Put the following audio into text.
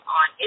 on